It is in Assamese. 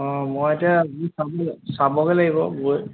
অঁ মই এতিয়া চাবগৈ লাগিব গৈ